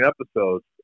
episodes